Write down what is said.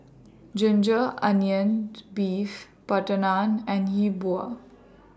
Ginger Onions Beef Butter Naan and Hi Bua